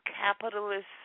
capitalist